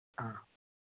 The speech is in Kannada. ಹಾಂ